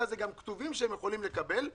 ובנושא הזה גם כתובים שהם יכולים לקבל,